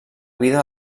vida